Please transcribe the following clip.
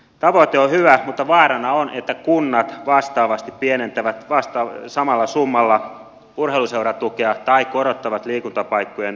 tavoite on hyvä mutta vaarana on että kunnat vastaavasti pienentävät samalla summalla urheiluseuratukea tai korottavat liikuntapaikkojen vuokria